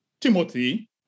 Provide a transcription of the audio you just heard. Timothy